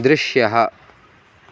दृश्यः